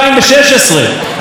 חברי דודי אמסלם,